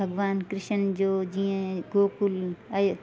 भॻवानु कृष्ण जो जीअं गोकुल अयो